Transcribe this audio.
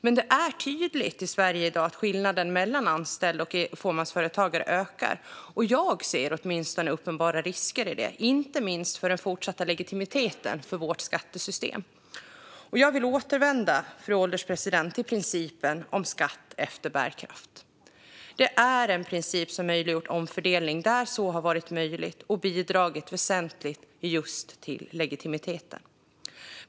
Men det är i dag tydligt i Sverige att skillnaden mellan anställd och fåmansföretagare ökar. Åtminstone jag ser uppenbara risker i det, inte minst för den fortsatta legitimiteten för vårt skattesystem. Jag vill återvända, fru ålderspresident, till principen om skatt efter bärkraft. Det är en princip som möjliggjort omfördelning där så har varit möjligt. Det har bidragit väsentligt till just legitimiteten.